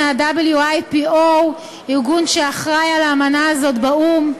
ב-WIPO, הארגון שאחראי לאמנה הזאת באו"ם.